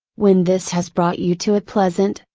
when this has brought you to a pleasant,